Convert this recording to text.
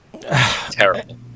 terrible